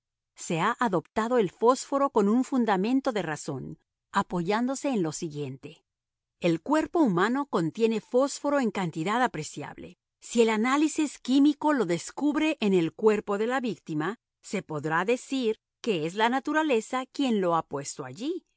se ha adoptado el fósforo con un fundamento de razón apoyándose en lo siguiente el cuerpo humano contiene fósforo en cantidad apreciable si el análisis químico lo descubre en el cuerpo de la víctima se podrá decir que es la naturaleza quien lo ha puesto allí